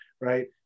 right